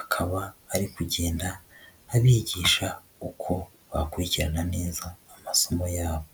akaba ari kugenda abigisha uko bakurikirana neza amasomo yabo.